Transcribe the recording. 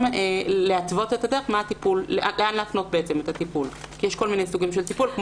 גם להתוות את הדרך לאן להפנות את הטיפול כי יש כל מיני סוגים של טיפול.